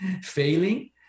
failing